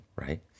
right